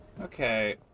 Okay